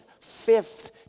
fifth